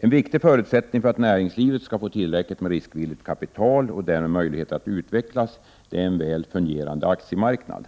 En förutsättning för att näringslivet skall få tillräckligt med riskvilligt kapital och därmed möjligheter att utvecklas är en väl fungerande aktiemarknad,